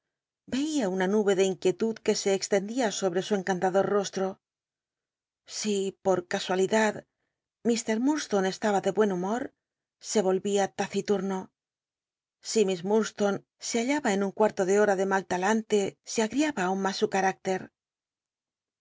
eia una nube de inquiet ud que se extendía sobre su encantador osho si por casualidad mr ll urdstone estaba de buen humor se ohi t tacilumo si miss llurdstonc se hallaba en un cuarto de hom de mal talante se agriaba aun mas su